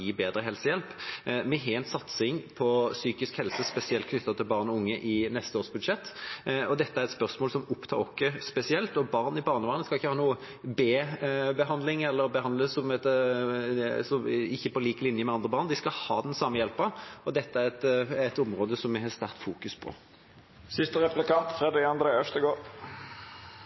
bedre helsehjelp. Vi har en satsing på psykisk helse spesielt knyttet til barn og unge i neste års budsjett, og dette er et spørsmål som opptar oss spesielt. Barn i barnevernet skal ikke ha noen B-behandling eller at de ikke behandles på lik linje med andre barn, de skal ha den samme hjelpen. Dette er et område som vi har fokusert sterkt på.